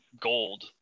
gold